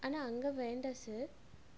ஆனால் அங்கே வேண்டாம் சார்